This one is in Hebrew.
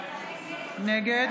נגד